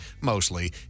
mostly